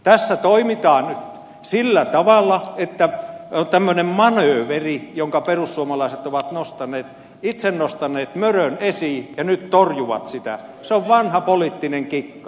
tässä toimitaan nyt sillä tavalla että tämmöinen manööveri jonka perussuomalaiset ovat itse nostaneet mörön esiin ja nyt torjuvat sitä on vanha poliittinen kikka